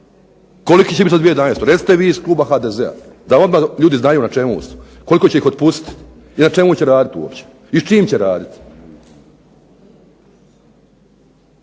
Koliki će biti za 2011.? Recite vi iz kluba HDZ-a da odmah ljudi znaju na čemu su, koliko će ih otpustiti i na čemu će raditi uopće i s čim će raditi?